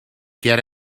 get